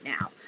now